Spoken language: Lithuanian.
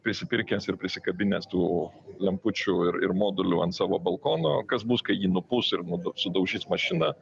prisipirkęs ir prisikabinęs tų lempučių ir modulių ant savo balkono kas bus kai jį nupūs ir nu sudaužys mašiną